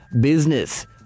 Business